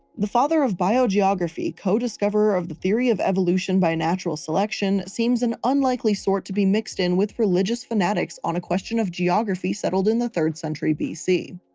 the father of biogeography co-discoverer of the theory of evolution by natural selection seems an unlikely sort to be mixed in with religious fanatics on a question of geography settled in the third century bc.